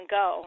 go